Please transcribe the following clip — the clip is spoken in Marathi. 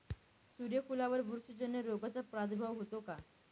सूर्यफुलावर बुरशीजन्य रोगाचा प्रादुर्भाव होतो का?